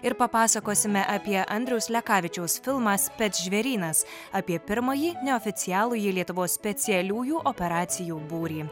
ir papasakosime apie andriaus lekavičiaus filmą spec žvėrynas apie pirmąjį neoficialųjį lietuvos specialiųjų operacijų būrį